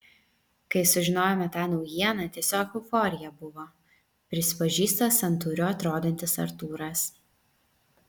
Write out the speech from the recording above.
kai sužinojome tą naujieną tiesiog euforija buvo prisipažįsta santūriu atrodantis artūras